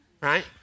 right